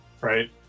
right